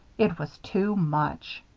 it was too much.